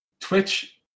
Twitch